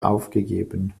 aufgegeben